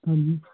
ਹਾਂਜੀ